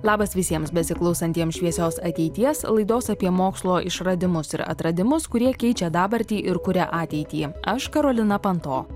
labas visiems besiklausantiems šviesios ateities laidos apie mokslo išradimus ir atradimus kurie keičia dabartį ir kuria ateitį aš karolina panto